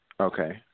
Okay